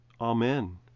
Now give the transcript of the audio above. amen